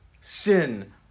Sin